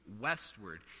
westward